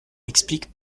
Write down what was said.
explique